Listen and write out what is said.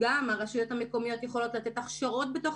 הרשויות המקומיות יכולות לתת הכשרות בתוך